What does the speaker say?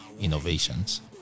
innovations